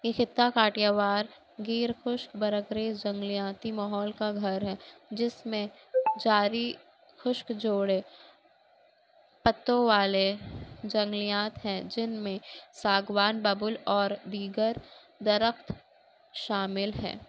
یہ خطہ کاٹیاوار غیر خشک برگریز جنگلیاتی ماحول کا گھر ہے جس میں جاری خشک جوڑے پتوں والے جنگلیات ہیں جن میں ساگوان ببول اور دیگر درخت شامل ہے